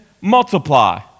multiply